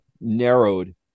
narrowed